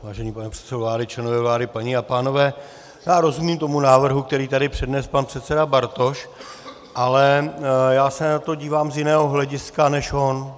Vážený pane předsedo vlády, členové vlády, paní a pánové, já rozumím tomu návrhu, který tady přednesl pan předseda Bartoš, ale já se na to dívám z jiného hlediska než on.